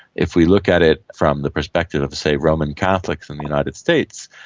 if we look at it from the perspective of, say, roman catholics in the united states,